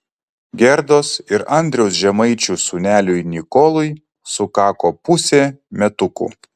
gerdos ir andriaus žemaičių sūneliui nikolui sukako pusė metukų